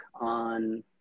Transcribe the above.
on